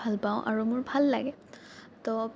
ভাল পাওঁ আৰু মোৰ ভাল লাগে তো